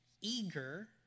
eager